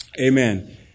Amen